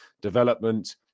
development